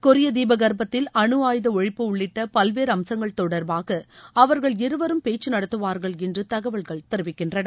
கொரிய தீப கற்பத்தில் அணு ஆயுத ஒழிப்பு உள்ளிட்ட பல்வேறு அம்சங்கள் தொடர்பாக அவர்கள் இருவரும் பேச்சு நடத்துவார்கள் என்று தகவல்கள் தெரிவிக்கின்றன